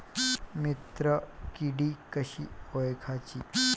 मित्र किडी कशी ओळखाची?